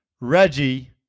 Reggie